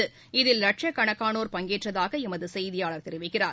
இகில் லட்சக்கணக்கானோர் பங்கேற்றதாக எமது செய்தியாளர் தெரிவிக்கிறார்